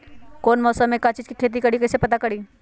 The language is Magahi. कौन मौसम में का चीज़ के खेती करी कईसे पता करी?